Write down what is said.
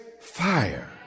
fire